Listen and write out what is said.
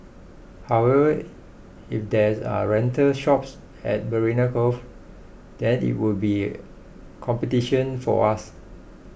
however if there are rental shops at Marina Cove then it would be competition for us